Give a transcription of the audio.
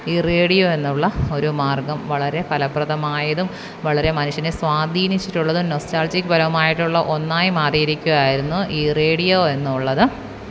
ഈ റേഡിയോയെന്നുള്ള ഒരു മാര്ഗം വളരെ ഫലപ്രദമായതും വളരെ മനുഷ്യനെ സ്വാധീനിച്ചിട്ടുള്ളതും നൊസ്റ്റാള്ജിക് പരമായിട്ടുള്ള ഒന്നായി മാറിയിരിക്കുവായിരുന്നു ഈ റേഡിയോയെന്നുള്ളത്